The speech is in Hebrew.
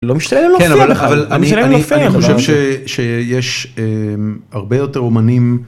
לא משתלם להופיע בכלל..כן אבל..אני אני אני חושב שיש הרבה יותר אומנים.